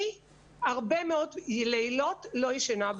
אני הרבה מאוד לילות לא ישנה.